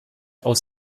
aus